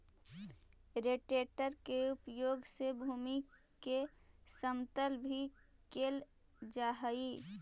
rotator के उपयोग से भूमि के समतल भी कैल जा हई